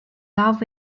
love